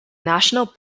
national